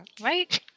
Right